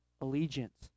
allegiance